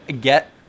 Get